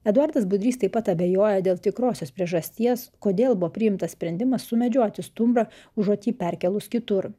eduardas budrys taip pat abejoja dėl tikrosios priežasties kodėl buvo priimtas sprendimas sumedžioti stumbrą užuot jį perkėlus kitur